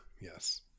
yes